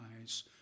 eyes